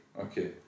okay